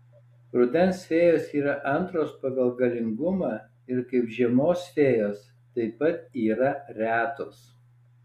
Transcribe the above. rudens fėjos yra antros pagal galingumą ir kaip žiemos fėjos taip pat yra retos